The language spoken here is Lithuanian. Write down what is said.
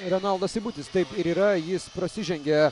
renaldas seibutis taip ir yra jis prasižengė